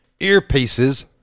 earpieces